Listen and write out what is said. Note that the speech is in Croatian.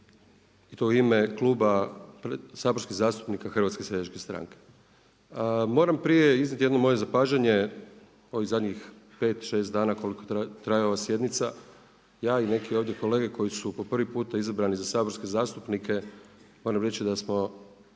i to u ime Kluba saborskih zastupnika Hrvatske seljačke stranke. Moram prije iznijeti jedno moje zapažanje, ovih zadnjih 5, 6 dana koliko traje ova sjednica. Ja i neki ovdje kolege koji su po prvi puta izabrani za saborske zastupnike moram reći da smo